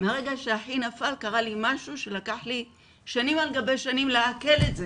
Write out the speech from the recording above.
מהרגע שאחי נפל קרה לי משהו שלקח לי שנים על גבי שנים לעכל את זה